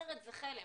אחרת זה חלם.